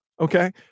Okay